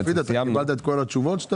פנייה מספר 65 ו-66.